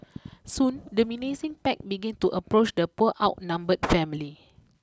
soon the menacing pack began to approach the poor outnumbered family